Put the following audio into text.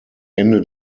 ende